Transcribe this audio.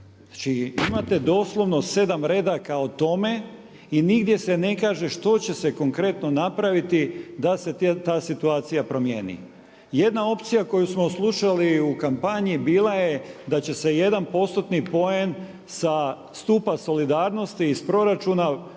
imate doslovno 7 redaka o tome i nigdje se ne kaže što će se konkretno napraviti da se ta situacija promijeni. Jedna opcija koju smo slušali u kampanji bila je da će se jedan postotni poen sa stupa solidarnosti iz proračuna